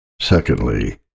Secondly